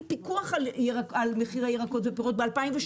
פיקוח על מחירי ירקות ופירות ב-2017.